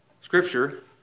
scripture